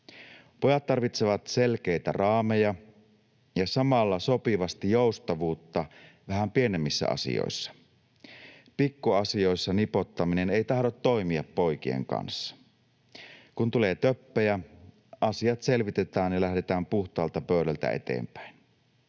Pojat tarvitsevat selkeitä raameja ja samalla sopivasti joustavuutta vähän pienemmissä asioissa. Pikkuasioissa nipottaminen ei tahdo toimia poikien kanssa. Kun tulee töppejä, asiat selvitetään ja lähdetään puhtaalta pöydältä eteenpäin